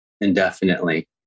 indefinitely